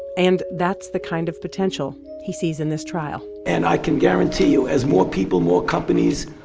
and that's the kind of potential he sees in this trial and i can guarantee you as more people, more companies,